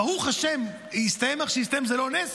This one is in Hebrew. וברוך השם זה הסתיים איך שהסתיים, שזה לא נס?